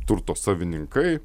turto savininkai